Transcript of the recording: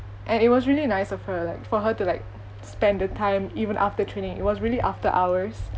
and it was really nice of her like for her to like spend the time even after training it was really after hours